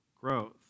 growth